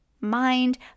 Mind